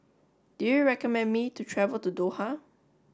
do you recommend me to travel to Doha